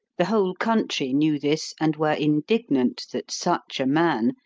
the whole country knew this and were indignant that such a man,